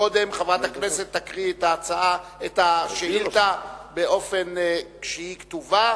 קודם חברת הכנסת תקריא את השאילתא באופן שהיא כתובה,